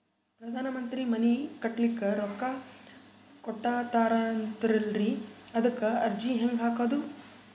ಪ್ರಧಾನ ಮಂತ್ರಿ ಮನಿ ಕಟ್ಲಿಕ ರೊಕ್ಕ ಕೊಟತಾರಂತಲ್ರಿ, ಅದಕ ಅರ್ಜಿ ಹೆಂಗ ಹಾಕದು?